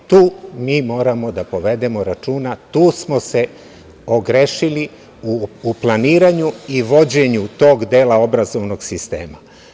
E, tu mi moramo da povedemo računa, tu smo se ogrešili u planiranju i vođenju tog dela obrazovnog sistema.